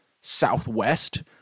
southwest